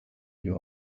you